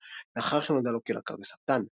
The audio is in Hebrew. בשנת 1999, לאחר שנודע לו כי לקה בסרטן.